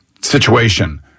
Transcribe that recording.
situation